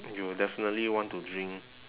you will definitely want to drink